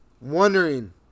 wondering